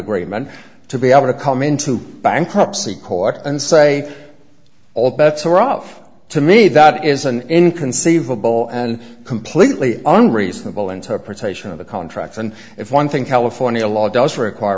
agreement to be able to come into bankruptcy court and say all bets are off to me that is an inconceivable and completely unreasonable interpretation of the contracts and if one thing california law does require